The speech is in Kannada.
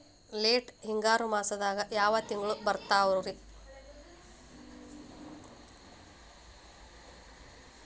ಲೇಟ್ ಹಿಂಗಾರು ಮಾಸದಾಗ ಯಾವ್ ತಿಂಗ್ಳು ಬರ್ತಾವು?